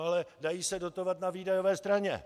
Ale dají se dotovat na výdajové straně.